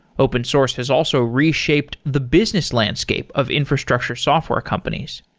open source has also reshaped the business landscape of infrastructure software companies.